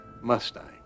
Mustang